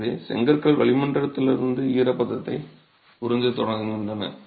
எனவே செங்கற்கள் வளிமண்டலத்திலிருந்து ஈரப்பதத்தை உறிஞ்சத் தொடங்குகின்றன